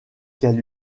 qu’elle